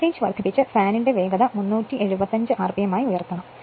voltage വർദ്ധിപ്പിച്ച് ഫാനിന്റെ വേഗത 375 ആർപിഎം ആയി ഉയർത്തണം